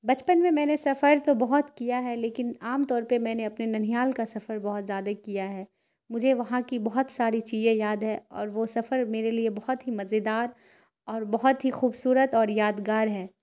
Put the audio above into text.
بچپن میں میں نے سفر تو بہت کیا ہے لیکن عام طور پہ میں نے اپنے ننیہال کا سفر بہت زیادہ کیا ہے مجھے وہاں کی بہت ساری چیے یاد ہے اور وہ سفر میرے لیے بہت ہی مزیدار اور بہت ہی خوبصورت اور یادگار ہے